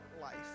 life